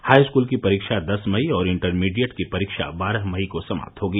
high school की परीक्षा दस मई और इंटरमीडिएट की परीक्षा बारह मई को समाप्त होगी